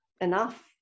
enough